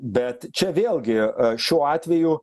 bet čia vėlgi šiuo atveju